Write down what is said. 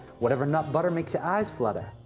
whatever nut butter makes your eyes flutter.